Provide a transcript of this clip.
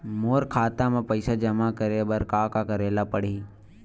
मोर खाता म पईसा जमा करे बर का का करे ल पड़हि?